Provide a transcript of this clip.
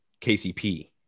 KCP